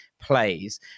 plays